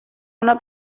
una